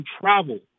travel